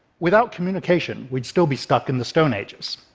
without communication, we'd still be stuck in the stone ages.